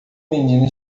menina